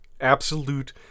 Absolute